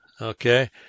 okay